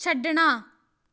ਛੱਡਣਾ